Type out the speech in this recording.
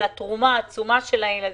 החשיבות היא עצומה.